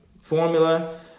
formula